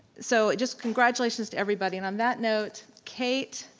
so just, congratulations to everybody. and on that note, kate,